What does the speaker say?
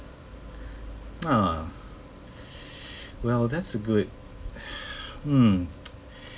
well that's a good hmm